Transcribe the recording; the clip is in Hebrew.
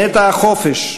נטע החופש,